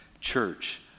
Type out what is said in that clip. church